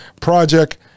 Project